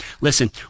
listen